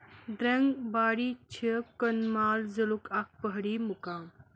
درینگباڈی چھُ کندھ مال ضلعُک اکھ پہاڑی مقام